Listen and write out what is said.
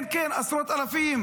כן, כן, עשרות אלפים.